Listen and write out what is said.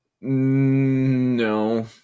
No